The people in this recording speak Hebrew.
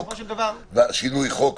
שינוי חוק,